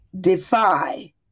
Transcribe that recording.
defy